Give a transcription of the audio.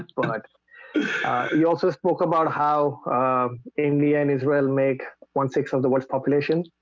but you also spoke about how ah india and israel make one-sixth of the world's population.